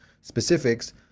specifics